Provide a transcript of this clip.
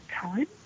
time